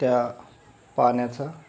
त्या पाण्याचा